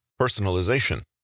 Personalization